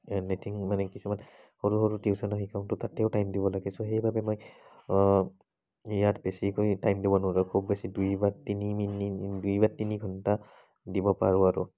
anything মানে কিছুমান সৰু সৰু টিউশ্যনো শিকাওঁ তো তাতেও টাইম দিব লাগে চ' সেইবাবে মই ইয়াত বেছিকৈ টাইম দিব নোৱাৰোঁ খুব বেছি দুই বা তিনি মিনি দুই বা তিনি ঘণ্টা দিব পাৰোঁ আৰু